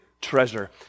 treasure